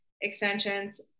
extensions